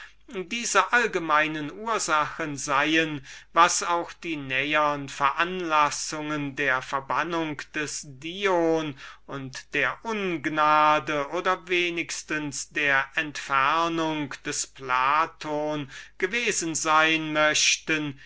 diese allgemeine ursachen seien was auch die nähern veranlassungen der verbannung des dion und der ungnade oder wenigstens der entfernung des platon gewesen sein mögen